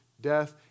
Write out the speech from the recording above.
death